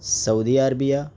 Saudi Arabia